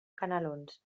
canelons